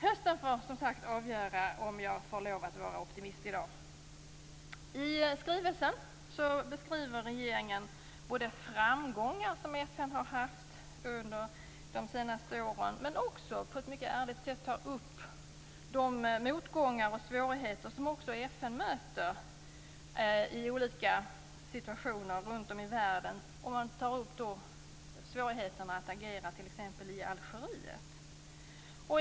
Hösten får som sagt avgöra om jag får lov att vara optimist i dag. I skrivelsen beskriver regeringen framgångar som FN har haft under de senaste åren, men den tar också på ett mycket ärligt sätt upp de motgångar och svårigheter som också FN möter i olika situationer runt om i världen. Svårigheten att agera i t.ex. Algeriet tas upp.